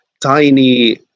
tiny